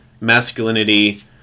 masculinity